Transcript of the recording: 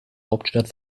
hauptstadt